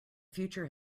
future